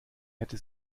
hätte